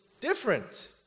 different